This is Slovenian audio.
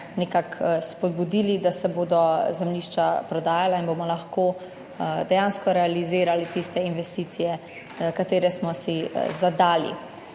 nekako spodbudili, da se bodo zemljišča prodajala in bomo lahko dejansko realizirali tiste investicije, ki smo si jih zadali.